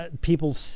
people